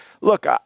Look